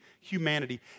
humanity